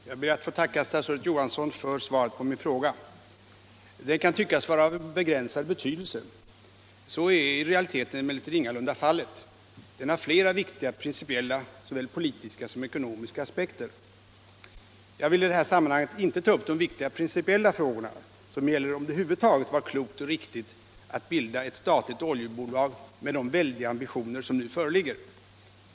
Herr talman! Jag ber att få tacka statsrådet Johansson för svaret på min fråga. 51 Den kan tyckas vara av begränsad betydelse. Så är i realiteten ingalunda fallet. Den har flera viktiga principiella, såväl politiska som ekonomiska, aspekter. Jag vill i detta sammanhang inte ta upp de principiella frågor som gäller om det över huvud taget var klokt och riktigt att bilda ett statligt oljebolag med de väldiga ambitioner som nu föreligger.